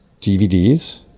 DVDs